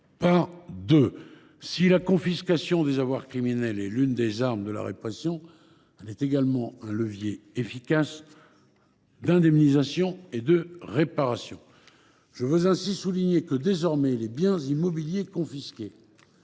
par deux. Si la confiscation des avoirs criminels est l’une des armes de la répression, elle est également un levier efficace d’indemnisation et de réparation. Je veux ainsi souligner que désormais les biens immobiliers confisqués